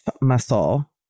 muscle